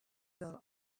girl